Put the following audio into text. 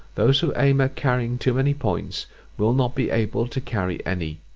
those who aim at carrying too many points will not be able to carry any.